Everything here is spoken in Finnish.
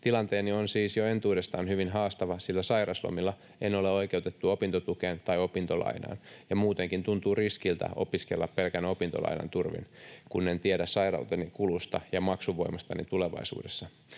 Tilanteeni on siis jo entuudestaan hyvin haastava, sillä sairaslomilla en ole oikeutettu opintotukeen tai opintolainaan, ja muutenkin tuntuu riskiltä opiskella pelkän opintolainan turvin, kun en tiedä sairauteni kulusta ja maksuvoimastani tulevaisuudessa.